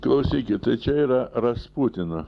klausykit tai čia yra rasputino